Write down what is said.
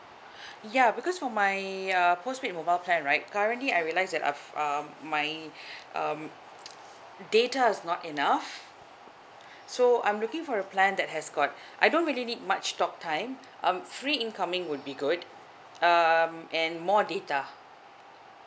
ya because for my err postpaid mobile plan right currently I realise that I've um my um data is not enough so I'm looking for a plan that has got I don't really need much talk time um free incoming would be good um and more data